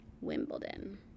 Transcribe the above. Wimbledon